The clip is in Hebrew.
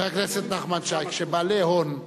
גם, חבר הכנסת נחמן שי, כשבעלי הון,